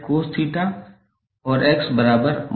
cos𝜃 और 𝑋